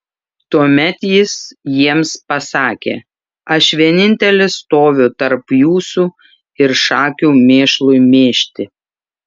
tuomet jis jiems pasakė aš vienintelis stoviu tarp jūsų ir šakių mėšlui mėžti